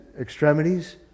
extremities